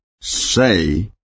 say